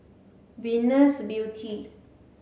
Venus Beauty